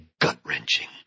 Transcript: gut-wrenching